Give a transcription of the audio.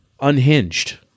Unhinged